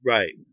Right